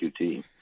QT